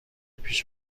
پیش